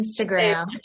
Instagram